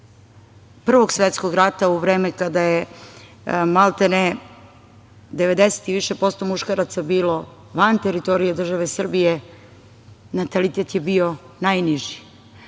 Prvog svetskog rata, u vreme kada je, maltene 90% i više muškaraca bilo van teritorije države Srbije natalitet je bio najniži,